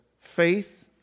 Faith